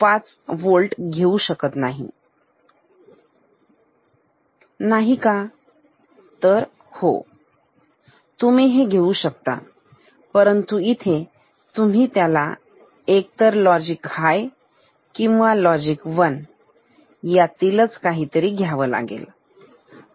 5 volt घेऊ शकत नाही का हो तुम्ही घेऊ शकता परंतु इथे तुम्ही त्याला एक तर लॉजिक हाय किंवा लॉजिक 1 असेच घ्याव लागेल